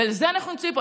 ולזה אנחנו נמצאים פה.